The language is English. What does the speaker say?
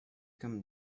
come